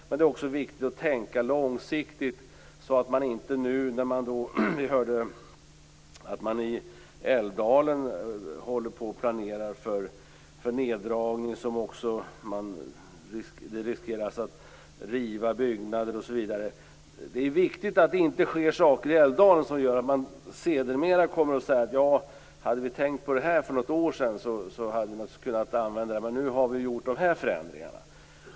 Men det är också viktigt att tänka långsiktigt. Vi hörde att man i Älvdalen planerar för en neddragning där byggnader riskerar att rivas osv. Det är viktigt att det inte sker saker i Älvdalen som gör att man efteråt kommer att säga: Hade vi tänkt på det för något år sedan hade vi naturligtvis kunnat använda detta, men nu har vi gjort förändringarna.